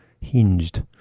hinged